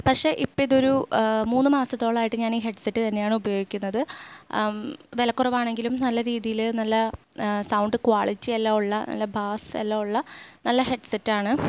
പക്ഷേ ഇപ്പം ഇതൊരു മൂന്ന് മാസത്തോളമായിട്ട് ഞാൻ ഈ ഹെഡ്സെറ്റ് തന്നെയാണ് ഉപയോഗിക്കുന്നത് വിലക്കുറവാണെങ്കിലും നല്ല രീതിയിൽ നല്ല സൗണ്ട് ക്വാളിറ്റിയെല്ലാമുള്ള നല്ല ബാസ് എല്ലാമുള്ള നല്ല ഹെഡ്സെറ്റ് ആണ്